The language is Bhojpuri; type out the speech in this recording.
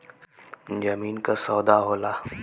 जमीन क सौदा होला